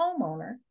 homeowner